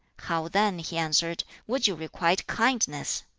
how then, he answered, would you requite kindness?